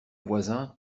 voisin